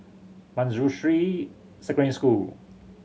Manjusri Secondary School